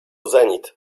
zenit